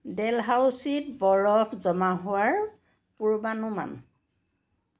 ডেলহাউছিত বৰফ জমা হোৱাৰ পূৰ্বানুমান